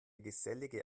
gesellige